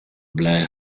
blair